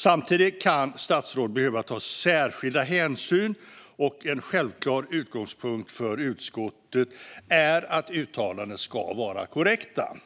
Samtidigt kan statsråd behöva ta särskilda hänsyn. En självklar utgångspunkt för utskottet är att uttalanden ska vara korrekta.